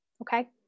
okay